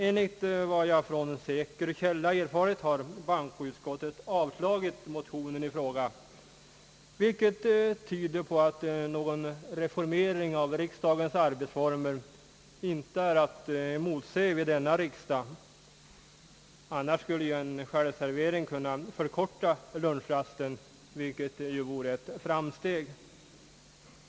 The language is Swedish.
Enligt vad jag från säker källa erfarit har bankoutskottet avslagit motionen i fråga, vilket tyder på att någon reformering av riksdagens arbetsformer inte är att emotse vid denna riksdag. Annars skulle en självservering kunna förkorta lunchrasten, vilket ju vore ett framsteg.